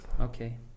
Okay